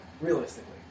realistically